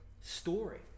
story